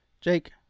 jake